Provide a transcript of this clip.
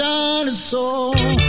Dinosaur